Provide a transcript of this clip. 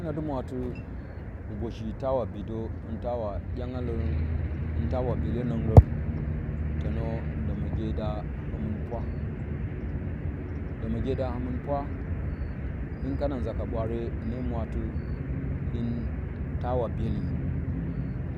Hina de murati hubashi tawa bidə hin tawa dyangulə hin tawa byenonerən tənə lomoge da həmina pwa loməge da həmɨn pwa hin kana nza ka ɓwaare hine mwatɨ hin tawa bueli